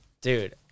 Dude